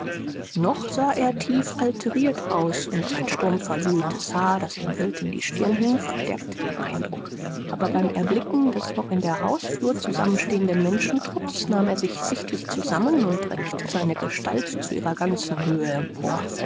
noch sah er tief alteriert aus und sein sturmzerwühltes haar das ihm wild in die stirn hing verstärkte den eindruck aber beim erblicken des noch in der hausflur zusammenstehenden menschentrupps nahm er sich sichtlich zusammen und reckte seine gestalt zu ihrer ganzen höhe empor